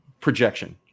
projection